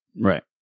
Right